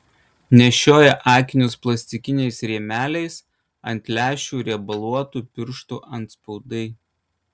nešioja akinius plastikiniais rėmeliais ant lęšių riebaluotų pirštų atspaudai